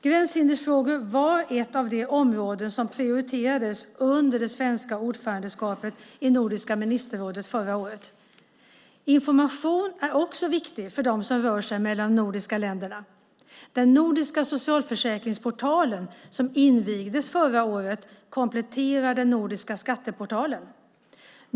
Gränshindersfrågor var ett av de områden som prioriterades under det svenska ordförandeskapet i Nordiska ministerrådet förra året. Information är också viktigt för dem som rör sig mellan de nordiska länderna. Den nordiska socialförsäkringsportalen, som invigdes under året, kompletterar den nordiska skatteportalen.